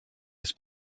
his